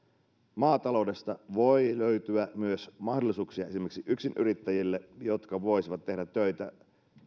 maataloudesta voi löytyä myös mahdollisuuksia esimerkiksi yksinyrittäjille jotka voisivat tehdä töitä